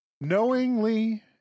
knowingly